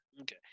Okay